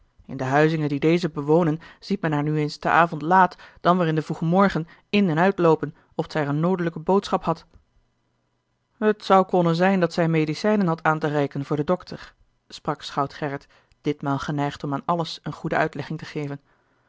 in de huizinge die deze bewonen ziet men haar nu eens te avond laat dan weêr in den vroegen morgen in en uitloopen oft zij er eene noodlijke boodschap had het zou konnen zijn dat zij medicijnen had aan te reiken voor den dokter sprak schout gerrit ditmaal geneigd om aan alles eene goede uitlegging te geven